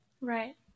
Right